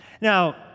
Now